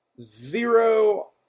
zero